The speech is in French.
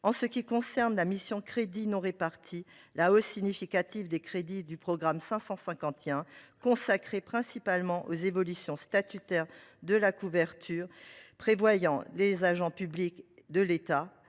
En ce qui concerne la mission « Crédits non répartis », la hausse significative des crédits du programme 551, consacrée principalement aux évolutions statutaires de la couverture de prévoyance des agents publics de l’État,